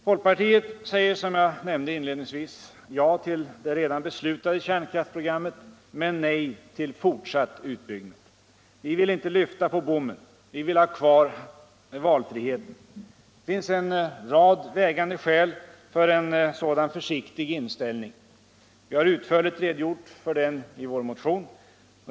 Folkpartiet säger, som jag nämnde inledningsvis, ja till det redan beslutade kärnkraftsprogrammet men nej till fortsatt utbyggnad. Vi vill inte lyfta på bommen. Vi vill ha kvar valfriheten. Det finns en rad vägande skäl för en sådan försiktig inställning. Vi har utförligt redogjort för den i vår motion.